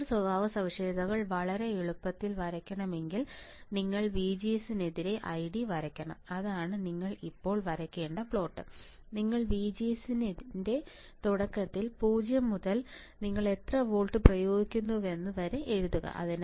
transfer സ്വഭാവസവിശേഷതകൾ വളരെ എളുപ്പത്തിൽ വരയ്ക്കണമെങ്കിൽ നിങ്ങൾ VGS നെതിരെ ID വരയ്ക്കണം അതാണ് നിങ്ങൾ ഇപ്പോൾ വരയ്ക്കേണ്ട പ്ലോട്ട് നിങ്ങൾ VGS ന്റെ തുടക്കത്തിൽ 0 മുതൽ നിങ്ങൾ എത്ര വോൾട്ട് പ്രയോഗിച്ചുവെന്നത് വരെ എഴുതുക